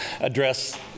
address